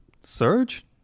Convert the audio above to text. Surge